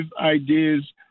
ideas